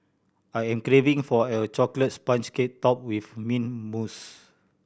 I am craving for a chocolate sponge cake topped with mint mousse